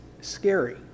scary